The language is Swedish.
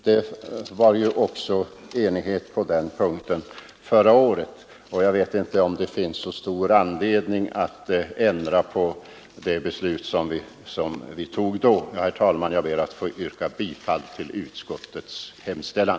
Det rådde enighet även på den punkten förra året. Jag vet inte om det finns någon anledning att ändra på det beslut vi då fattade. Herr talman! Jag ber att få yrka bifall till utskottets hemställan.